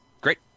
Great